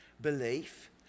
belief